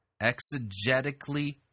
exegetically